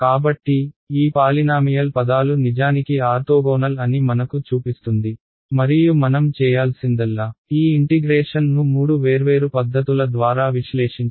కాబట్టి ఈ పాలినామియల్ పదాలు నిజానికి ఆర్తోగోనల్ అని మనకు చూపిస్తుంది మరియు మనం చేయాల్సిందల్లా ఈ ఇంటిగ్రేషన్ ను మూడు వేర్వేరు పద్ధతుల ద్వారా విశ్లేషించడం